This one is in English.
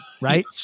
Right